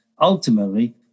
ultimately